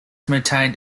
maintained